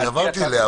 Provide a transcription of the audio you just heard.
רגע.